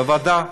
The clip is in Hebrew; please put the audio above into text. בוועדת העבודה?